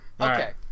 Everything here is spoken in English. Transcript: Okay